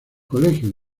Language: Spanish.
colegio